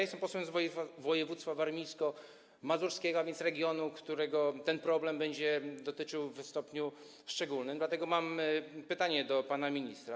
Jestem posłem z województwa warmińsko-mazurskiego, a więc regionu, którego ten problem będzie dotyczył w stopniu szczególnym, dlatego mam pytanie do pana ministra.